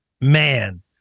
Man